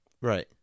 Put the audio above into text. Right